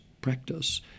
practice